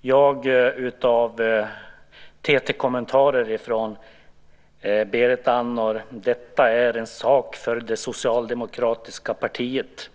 jag av TT-kommentarer från Berit Andnor där hon säger: Detta är en sak för det socialdemokratiska partiet.